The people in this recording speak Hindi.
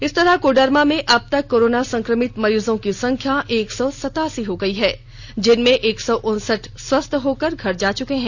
इस तरह कोडरमा में अबतक कोरोना संक्रमित मरीजों की संख्या एक सौ सतासी हो चुकी है जिनमें एक सौ उनसठ लोग स्वस्थ होकर घर जा चुके हैं